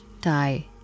die